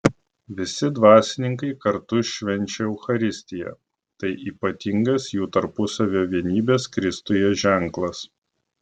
visi dvasininkai kartu švenčia eucharistiją tai ypatingas jų tarpusavio vienybės kristuje ženklas